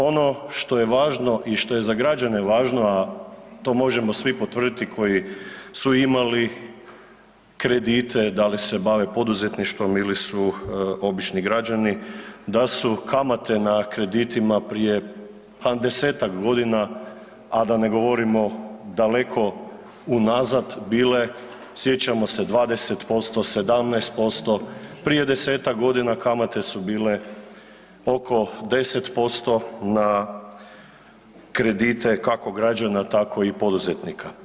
Ono što je važno i što je za građane važno, a to možemo svi potvrditi koji su imali kredite, da li se bave poduzetništvom ili su obični građani da su kamate na kreditima prije desetak godina, a da ne govorimo daleko unazad bile sjećamo se 20%, 17%, prije desetak godina kamate su bile oko 10% na kredite kako građana tako i poduzetnika.